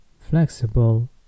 flexible